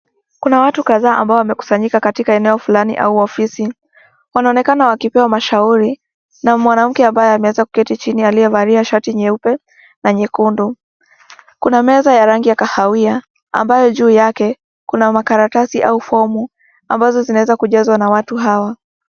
Kuna watu kadhaa ambao wamekusanyika katika eneo fulani au ofisi . Wanaonekana wakipewa mashauri na mwanamke ambaye ameweza kuketi chini, aliyevalia shati nyeupe na nyekundu. Kuna meza ya rangi ya kahawia ambayo juu yake kuna makaratasi au fomu ambazo zinaweza kujazwa na watu hawa.